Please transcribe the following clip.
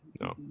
No